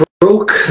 broke